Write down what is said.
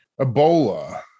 Ebola